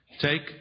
Take